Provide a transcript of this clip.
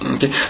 Okay